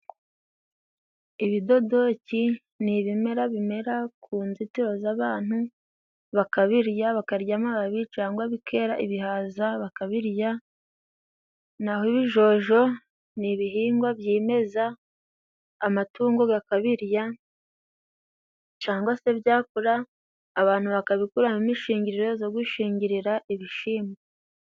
Ibidodoki ni ibimera bimera ku nzitiro z'abantu bakabirya bakarya amababi, cyangwa bikera ibihaza bakabirya. Na ho ibijojo ni ibihingwa byimeza amatungo akabirya, cyangwa se byakura abantu bakabikuramo imishingiriro yo gushingirira ibishyimbo.